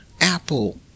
Apple